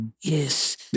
Yes